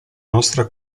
nostra